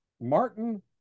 Martin